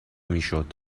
میشد